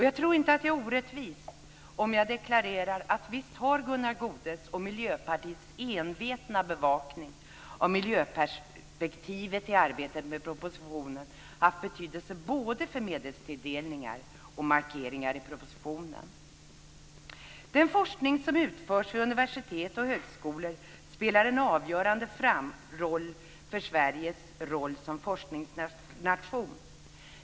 Jag tror inte att jag är orättvis om jag deklarerar att visst har Gunnar Goudes och Miljöpartiets envetna bevakning av miljöperspektivet under arbetet med propositionen haft betydelse både för medelstilldelningen och för markeringar i propositionen. Den forskning som utförs vid universitet och höskolor spelar en avgörande roll för Sverige som forskningsnation.